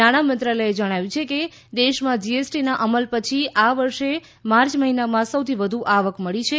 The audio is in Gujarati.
નાણાં મંત્રાલયે જણાવ્યું છે કે દેશમા જીએસટીનાં અમલ પછી આ વર્ષે માર્ચ મહિનામાં સૌથી વધુ આવક મળી છે